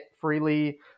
freely